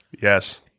yes